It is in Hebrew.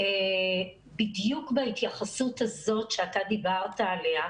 בדיוק בהתייחסות הזאת שאתה דיברת עליה,